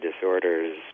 disorders